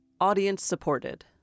audience-supported